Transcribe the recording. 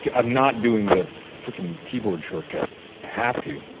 yeah i'm not doing the freaking keyboard short cut, i have to